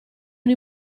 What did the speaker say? una